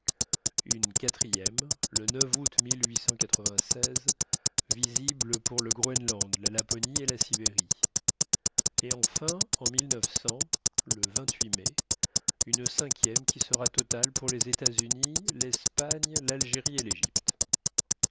une quatrième le août visible pour le groënland la laponie et la sibérie et enfin en le mai une cinquième qui sera totale pour les étatsunis l'espagne l'algérie et l'égypte